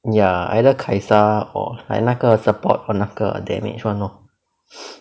ya either kai'sa or like 那个 support or 那个 damage [one] lor